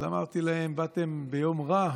אז אמרתי להם: באתם ביום רע,